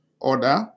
order